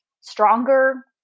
stronger